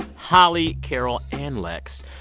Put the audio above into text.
holly, carol, and lex.